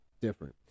different